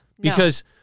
Because-